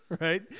right